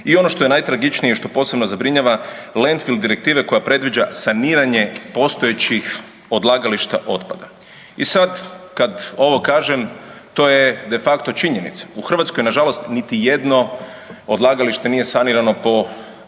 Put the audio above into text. I ono što je najtragičnije i što posebno zabrinjava Landfild direktive koja predviđa saniranje postojećih odlagališta otpada. I sad kad ovo kažem to je de facto činjenica, u Hrvatskoj nažalost niti jedno odlagalište nije sanirano po